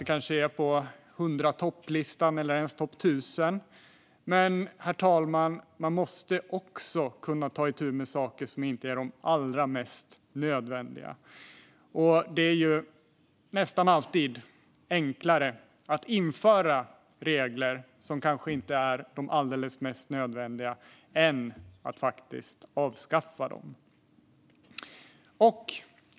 Den kanske inte är på topp 100-listan eller ens topp 1 000-listan. Men, herr talman, man måste också kunna ta itu med saker som inte tillhör de allra mest nödvändiga. Det är ju nästan alltid enklare att införa regler som kanske inte är de allra nödvändigaste än att avskaffa dem.